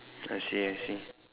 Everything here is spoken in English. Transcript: I see I see